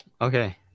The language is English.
Okay